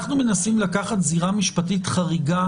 אנחנו מנסים לקחת זירה משפטית חריגה